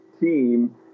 team